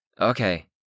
Okay